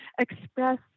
express